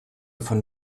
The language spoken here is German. von